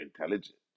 intelligent